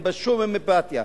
אין בה שום אמפתיה,